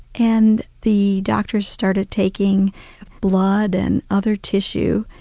and the doctors started taking blood and other tissue,